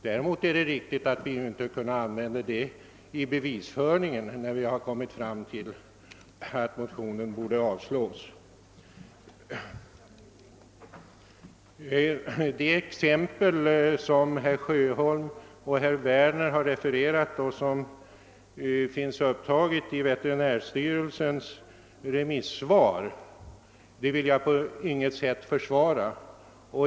Däremot är det riktigt att vi inte har kunnat använda den i vår bevisföring när vi kommit fram till att motionen borde avslås. Det exempel som herrar Sjöholm och Werner har refererat och som finns upptaget i veterinärstyrelsens remissvar vill jag på inget sätt försvara.